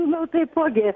siūlau taipogi